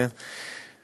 כן?